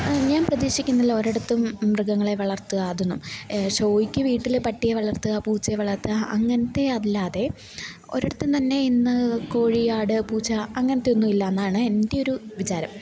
ഞാൻ പ്രതീക്ഷിക്കുന്നില്ല ഒരിടത്തും മൃഗങ്ങളെ വളർത്തുക അതൊന്നും ഷോയ്ക്ക് വീട്ടിൽ പട്ടിയെ വളർത്തുക പൂച്ചയെ വളർത്തുക അങ്ങനത്തെ അല്ലാതെ ഒരിടത്തും തന്നെ ഇന്ന് കോഴി ആട് പൂച്ച അങ്ങനത്തെയൊന്നും ഇല്ലയെന്നാണ് എൻ്റെ ഒരു വിചാരം